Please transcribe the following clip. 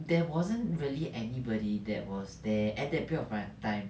there wasn't really anybody that was there at that period of my time